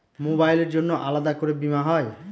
মোবাইলের জন্য আলাদা করে বীমা হয়?